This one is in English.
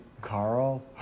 Carl